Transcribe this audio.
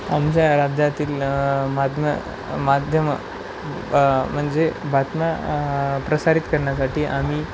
आमच्या राज्यातील मातम्य माध्यमं म्हणजे बातम्या प्रसारित करण्यासाठी आम्ही